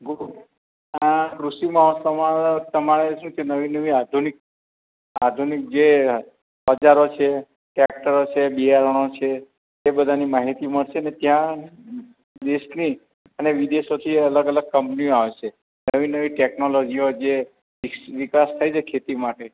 ખુકુ આ કૃષિ મોહોત્સવમાં તમારે શું છે નવી નવી આધુનિક આધુનિક જે ઓજારો છે ટ્રેક્ટરો છે બિયારણો છે એ બધાની માહિતી મળશે ને ત્યાં દેશની અને વિદેશોથી અલગ અલગ કંપનીઓ આવશે નવી નવી ટેકનોલોજીઓ જે વિકસ વિકાસ થઈ છે ખેતી માટે